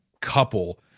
couple